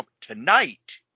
tonight